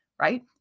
right